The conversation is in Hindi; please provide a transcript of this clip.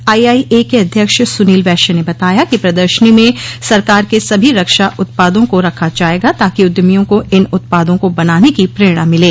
आईआईए के अध्यक्ष सुनील वैश्य ने बताया कि प्रदर्शनी में सरकार के सभी रक्षा उत्पादों को रखा जायेगा ताकि उद्यमियों को इन उत्पादों को बनाने की प्रेरणा मिले